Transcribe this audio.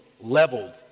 leveled